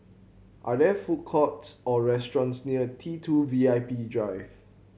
are there food courts or restaurants near T Two V I P Drive